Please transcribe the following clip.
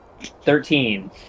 Thirteen